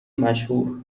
مشهور